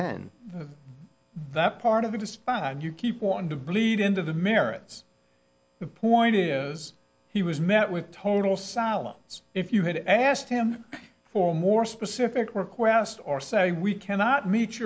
ten that part of it just fine and you keep want to bleed into the merits the point is he was met with total silence if you had asked him for a more specific request or say we cannot meet